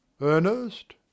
ernest